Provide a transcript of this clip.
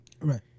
Right